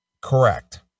Correct